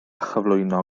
chyflwyno